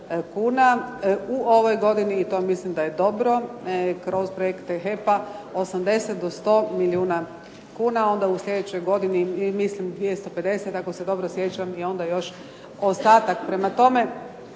u ovoj godini, i to mislim da je dobro, kroz projekte HEP-a 80 do 100 milijuna kuna, onda u sljedećoj godini i mislim 250 ako se dobro sjećam, i onda još ostatak.